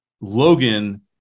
Logan